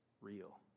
real